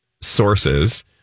sources